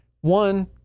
one